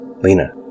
Lena